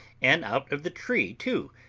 and out of the tree too,